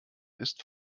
ist